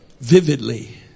vividly